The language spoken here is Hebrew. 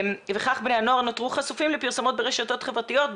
וכך בני הנוער נותרו חשופים לפרסומות ברשתות החברתיות,